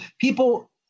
people